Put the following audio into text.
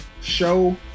show